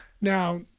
Now